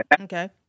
Okay